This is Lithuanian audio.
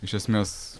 iš esmės